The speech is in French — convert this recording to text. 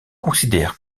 considère